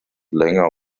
länger